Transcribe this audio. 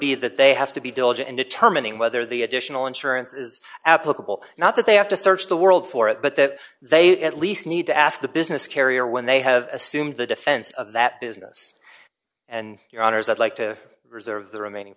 be that they have to be diligent in determining whether the additional insurance is applicable not that they have to search the world for it but that they at least need to ask the business carrier when they have assumed the defense of that business and your honour's i'd like to reserve the remaining